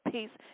Peace